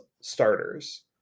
starters